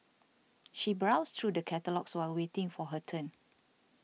she browsed through the catalogues while waiting for her turn